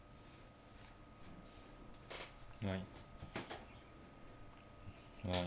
right ya